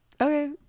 Okay